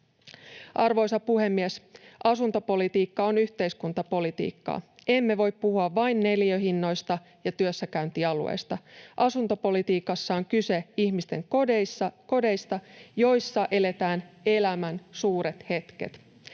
Arvoisa puhemies! Asuntopolitiikka on yhteiskuntapolitiikkaa. Emme voi puhua vain neliöhinnoista ja työssäkäyntialueista. Asuntopolitiikassa on kyse ihmisten kodeista, joissa eletään elämän suuret hetket.